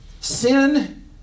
Sin